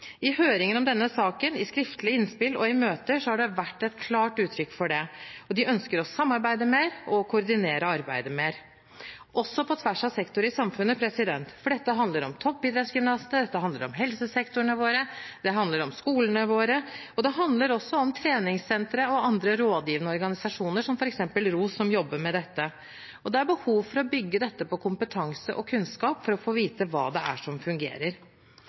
I høringen om denne saken, i skriftlige innspill og i møter, har det vært et klart uttrykk for det, og de ønsker å samarbeide mer og koordinere arbeidet mer, også på tvers av sektorer i samfunnet. For dette handler om toppidrettsgymnasene, dette handler om helsesektoren vår, det handler om skolene våre, og det handler også om treningssentre og andre rådgivende organisasjoner, som f.eks. ROS, som jobber med dette. Det er behov for å bygge dette på kompetanse og kunnskap for å få vite hva det er som fungerer.